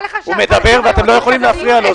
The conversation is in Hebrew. הוא מדבר ואתם לא יכולים להפריע לו,